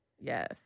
Yes